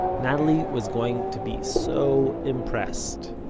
natalie was going to be so impressed